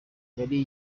yari